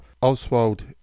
Oswald